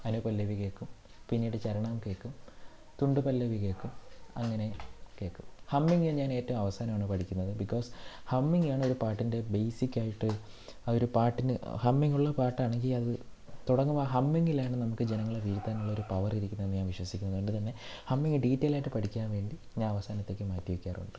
അനുപല്ലവി കേൾക്കും പിന്നീട് ചരണം കേൾക്കും തുണ്ട് പല്ലവി കേൾക്കും അങ്ങനെ കേൾക്കും ഹമ്മിങ് ഞാൻ ഏറ്റവും അവസാനമാണ് പഠിക്കുന്നത് ബിക്കോസ് ഹമ്മിങ്ങാണ് ഒരു പാട്ടിൻ്റെ ബേസിക്കായിട്ട് ആ ഒരു പാട്ടിൻ്റെ ഹമ്മിങ്ങുള്ള പാട്ടാണെങ്കിൽ അത് തുടങ്ങുമ്പോൾ ഹമ്മിങ്ങിലാണ് നമുക്ക് ജനങ്ങളെ വീഴ്ത്താനുള്ള ഒരു പവർ ഇരിക്കുന്നതെന്ന് ഞാൻ വിശ്വസിക്കുന്നു അതുകൊണ്ട് തന്നെ ഹമ്മിങ് ഡീറ്റൈൽലായിട്ട് പഠിക്കാൻ വേണ്ടി ഞാൻ അവസാനത്തേക്ക് മാറ്റി വയ്ക്കാറുണ്ട്